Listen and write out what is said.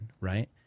right